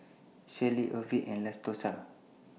Shelly Orvil and Lass Tosha